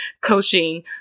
coaching